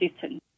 system